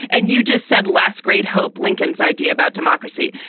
and you just said last great hope. lincoln's idea about democracy.